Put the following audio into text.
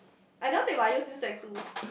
I never take but I use use like two